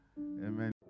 Amen